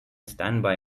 standby